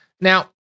Now